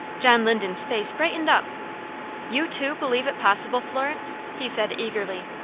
john linden's face brightened up you, too, believe it possible, florence? he said, eagerly.